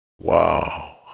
wow